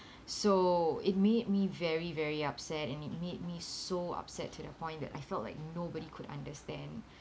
so it made me very very upset and it made me so upset to the point that I felt like nobody could understand